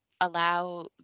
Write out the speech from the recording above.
allow